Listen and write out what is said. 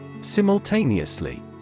Simultaneously